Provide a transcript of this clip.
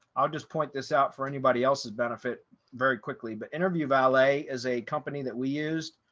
i'll just point this out for anybody else's benefit very quickly. but interview valet is a company that we used.